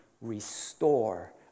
restore